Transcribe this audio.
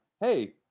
hey